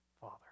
father